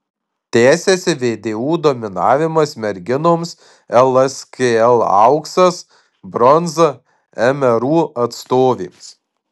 tęsiasi vdu dominavimas merginoms lskl auksas bronza mru atstovėms